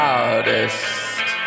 artist